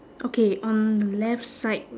okay on left side